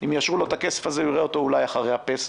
אם יאשרו לו את הכסף הוא יראה אותו אולי אחרי פסח.